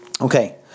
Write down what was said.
Okay